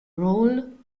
roll